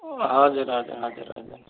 हजुर हजुर हजुर हजुर